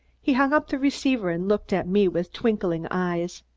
he hung up the receiver and looked at me with twinkling eyes.